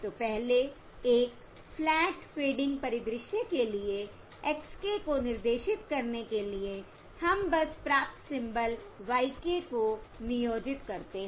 तो पहले एक फ्लैट फेडिंग परिदृश्य के लिए x k को निर्देशित करने के लिए हम बस प्राप्त सिंबल y k को नियोजित करते हैं